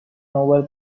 nobel